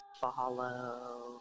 follow